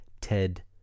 Ted